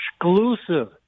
exclusive